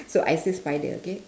so I say spider okay